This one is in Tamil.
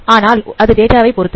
ஆனால் அது டேட்டாவை பொருத்தது